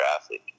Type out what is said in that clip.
athlete